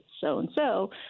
so-and-so